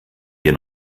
wir